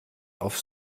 auf